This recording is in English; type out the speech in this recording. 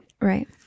Right